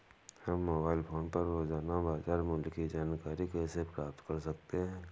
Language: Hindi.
हम मोबाइल फोन पर रोजाना बाजार मूल्य की जानकारी कैसे प्राप्त कर सकते हैं?